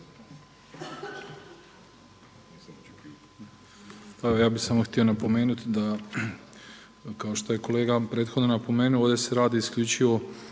ja bih samo htio napomenuti da kao što je kolega prethodno napomenuo ovdje se radi isključivo